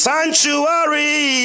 Sanctuary